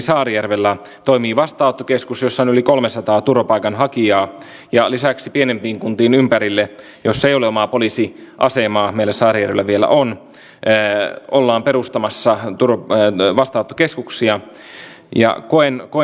me olemme ottaneet virolta tämän x road ratkaisun ja se ei tule olemaan se vitonen vaan kutonen niin että itse asiassa mennään ilmeisesti tässä kohtaa jopa edelle viron toteuttamismallia